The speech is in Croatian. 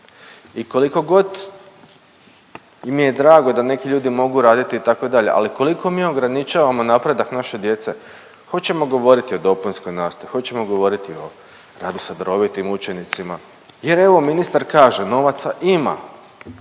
i koliko god mi je drago da neki ljudi mogu raditi itd., ali koliko mi ograničavamo napredak naše djece hoćemo govoriti o dopunskoj nastavi, hoćemo govoriti o radu sa darovitim učenicima jer evo ministar kaže novaca ima.